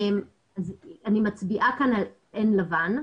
אני מצביעה כאן על עין לבן.